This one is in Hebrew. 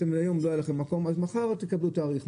אז אם אתם היום אז מחר תקבלו תאריך,